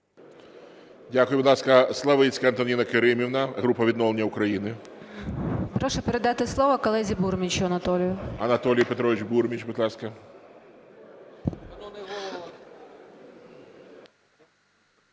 Дякую. Будь ласка,